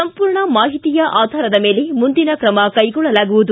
ಸಂಪೂರ್ಣ ಮಾಹಿತಿಯ ಆಧಾರದ ಮೇಲೆ ಮುಂದಿನ ಕ್ರಮ ಕೈಗೊಳ್ಳಲಾಗುವುದು